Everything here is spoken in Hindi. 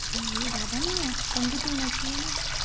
अच्छा ये ज़्यादा नहीं है कम भी तो होना चाहिए ना